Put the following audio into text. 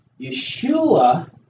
Yeshua